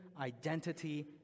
identity